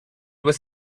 was